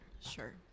Sure